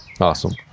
Awesome